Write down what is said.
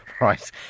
Right